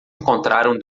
encontraram